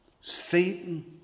Satan